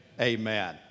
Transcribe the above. Amen